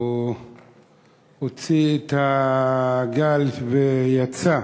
הוא הוציא את הגל ויצא.